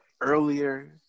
earlier